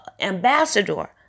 ambassador